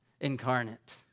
incarnate